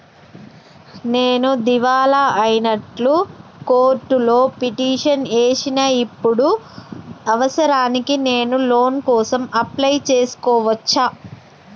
నేను దివాలా అయినట్లు కోర్టులో పిటిషన్ ఏశిన ఇప్పుడు అవసరానికి నేను లోన్ కోసం అప్లయ్ చేస్కోవచ్చా?